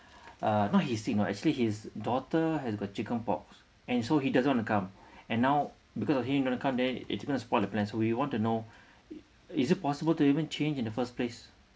uh not he sick you know actually his daughter has got chicken pox and so he doesn't want to come and now because of him don't want to come then it's going to spoil the plan so we want to know is it possible to even change in the first place